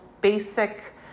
basic